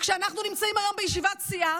כשאנחנו נמצאים היום בישיבת סיעה